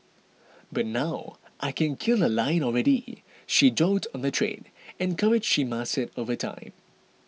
but now I can kill a lion already she joked on the trade and courage she mastered over time